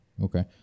Okay